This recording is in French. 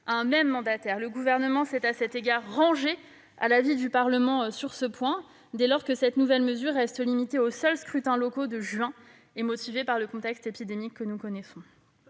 à un même mandataire. Le Gouvernement s'est rangé à l'avis du Parlement sur ce point, dès lors que cette mesure reste limitée aux seuls scrutins locaux de juin prochain et motivée par le contexte épidémique que nous connaissons.